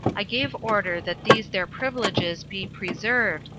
i gave order that these their privileges be preserved,